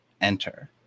enter